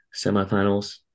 semifinals